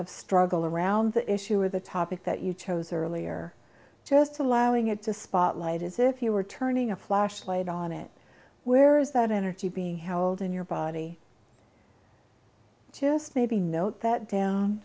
of struggle around the issue or the topic that you chose earlier just allowing it to spotlight as if you were turning a flashlight on it where's that energy being held in your body just maybe note that